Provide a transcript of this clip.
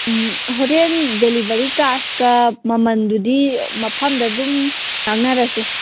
ꯎꯝ ꯍꯣꯔꯦꯟ ꯗꯦꯂꯤꯕꯔꯤ ꯆꯥꯔꯖꯀ ꯃꯃꯜꯗꯨꯗꯤ ꯃꯐꯝꯗ ꯑꯗꯨꯝ ꯉꯥꯡꯅꯔꯁꯦ